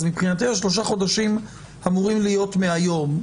אז מבחינתי השלושה חודשים אמורים להיות מהיום.